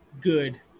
good